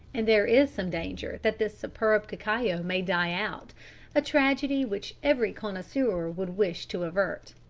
and there is some danger that this superb cacao may die out a tragedy which every connoisseur would wish to avert.